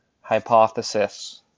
hypothesis